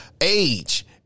age